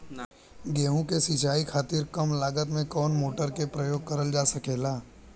गेहूँ के सिचाई खातीर कम लागत मे कवन मोटर के प्रयोग करल जा सकेला?